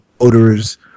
voters